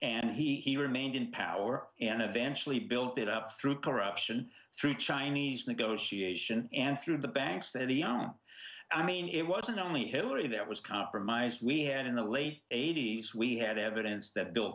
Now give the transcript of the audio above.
and he were maimed in power and eventually built it up through corruption through chinese negotiation and through the banks that we aren't i mean it wasn't only hillary that was compromised we had in the late eighty's we had evidence that bill